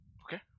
Okay